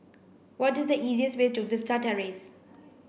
what is the easiest way to Vista Terrace